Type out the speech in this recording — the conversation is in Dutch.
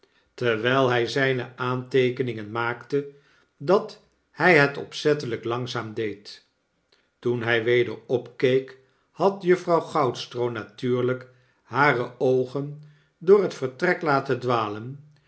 terwyl hy zijne aanteekeningen maakte dat hy het opzettelik lanzaam deed toen hy weder opkeek had juffrouw goudstroo natuurlyk hare oogen door het vertrek laten dwalen